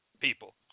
people